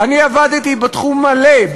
אני עבדתי בתחום מלא,